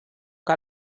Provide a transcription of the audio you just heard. que